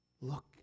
Look